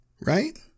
right